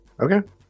Okay